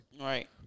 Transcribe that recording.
right